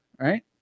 Right